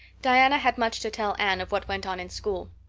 diana had much to tell anne of what went on in school.